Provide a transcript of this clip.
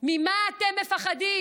גם לאיחוד האירופי וגם לארגונים